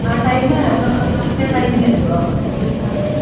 ആ time correct ആ ടൈമിനെത്തുവോ നമുക്ക് സാധനം